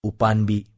Upanbi